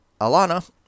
Alana